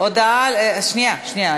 שנייה, שנייה.